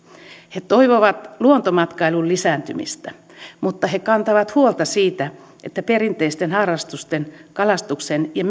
he toivovat luontomatkailun lisääntymistä mutta he kantavat huolta siitä että perinteisten harrastusten kalastuksen ja